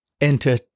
enter